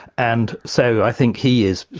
and so i think he is,